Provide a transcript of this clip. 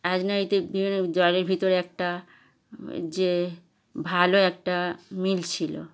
রাজনৈতিক বিভিন্ন দলের ভিতরে একটা যে ভালো একটা মিল ছিল